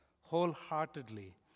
wholeheartedly